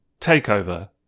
Takeover